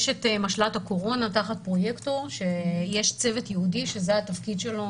יש את משל"ט הקורונה תחת פרויקטור ויש צוות ייעודי שזה התפקיד שלו,